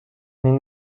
این